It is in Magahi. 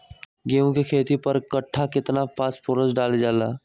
गेंहू के खेती में पर कट्ठा केतना फास्फोरस डाले जाला?